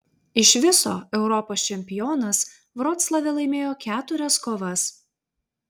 iš viso europos čempionas vroclave laimėjo keturias kovas